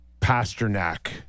Pasternak